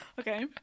Okay